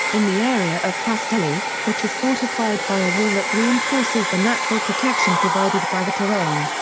in the area of kastelli, which is fortified by a wall that reinforces the natural protection provided by the terrain.